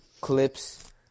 clips